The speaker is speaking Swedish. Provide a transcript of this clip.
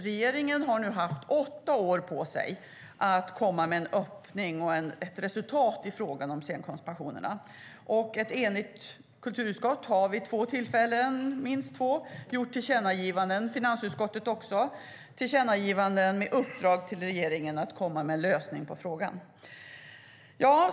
Regeringen har snart haft åtta år på sig att komma med en öppning och ett resultat i frågan om scenkonstpensionerna. Ett enigt kulturutskott har vid minst två tillfällen gjort tillkännagivanden, och det har finansutskottet också gjort, med uppdrag till regeringen att komma med en lösning på frågan.